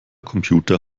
computer